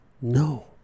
no